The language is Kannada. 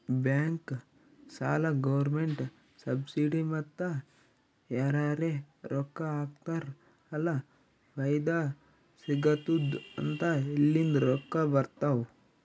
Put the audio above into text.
ಬ್ಯಾಂಕ್, ಸಾಲ, ಗೌರ್ಮೆಂಟ್ ಸಬ್ಸಿಡಿ ಮತ್ತ ಯಾರರೇ ರೊಕ್ಕಾ ಹಾಕ್ತಾರ್ ಅಲ್ಲ ಫೈದಾ ಸಿಗತ್ತುದ್ ಅಂತ ಇಲ್ಲಿಂದ್ ರೊಕ್ಕಾ ಬರ್ತಾವ್